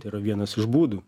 tai yra vienas iš būdų